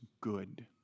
good